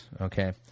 okay